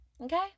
Okay